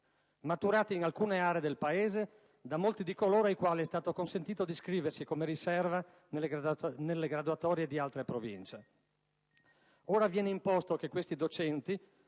maturati in alcune aree del Paese da molti di coloro ai quali è stato consentito di iscriversi come riserva nelle graduatorie di altre Province. Ora viene imposto che questi docenti